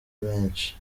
benshi